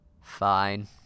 Fine